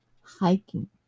Hiking